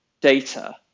data